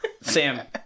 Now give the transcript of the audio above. sam